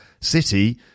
city